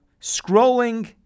scrolling